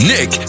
Nick